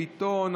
חיים ביטון,